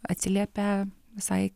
atsiliepia visai